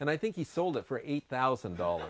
and i think he sold it for eight thousand dollars